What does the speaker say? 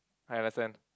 I understand